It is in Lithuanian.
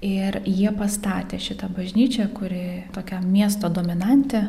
ir jie pastatė šitą bažnyčią kuri tokia miesto dominantė